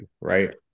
right